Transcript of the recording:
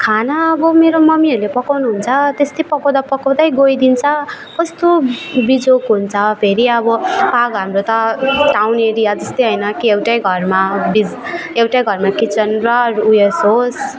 खाना अब मेरो मम्मीहरूले पकाउनुहुन्छ त्यस्तै पकाउँदा पकाउँदै गइदिन्छ कस्तो बिजोग हुन्छ फेरि अब पाक हाम्रो त टाउन एरिया जस्तै होइन कि एउटै घरमा बिज एउटै घरमा किचन र उयस होस्